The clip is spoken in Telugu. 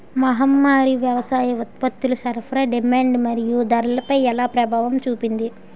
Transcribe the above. మహమ్మారి వ్యవసాయ ఉత్పత్తుల సరఫరా డిమాండ్ మరియు ధరలపై ఎలా ప్రభావం చూపింది?